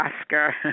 Oscar